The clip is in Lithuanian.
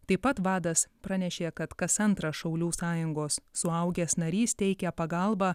taip pat vadas pranešė kad kas antrą šaulių sąjungos suaugęs narys teikia pagalbą